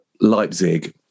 Leipzig